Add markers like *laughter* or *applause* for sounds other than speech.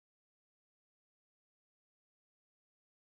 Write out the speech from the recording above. *unintelligible*